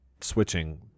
switching